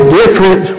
different